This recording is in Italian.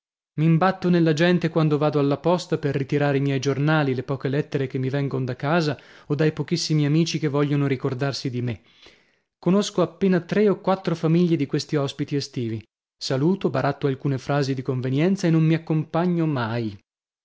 lontano m'imbatto nella gente quando vado alla posta per ritirare i miei giornali le poche lettere che mi vengon da casa o dai pochissimi amici che vogliono ricordarsi di me conosco appena tre o quattro famiglie di questi ospiti estivi saluto baratto alcune frasi di convenienza e non mi accompagno mai